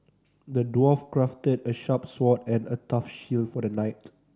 the dwarf crafted a sharp sword and a tough shield for the knight